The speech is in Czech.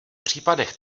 případech